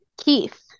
Keith